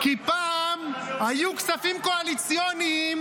כי פעם היו כספים קואליציוניים,